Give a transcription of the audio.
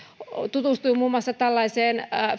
tutustuin muun muassa tällaiseen